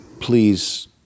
please